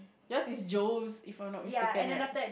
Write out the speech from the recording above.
your's is Joe's if I'm not mistaken right